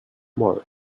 morris